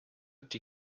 die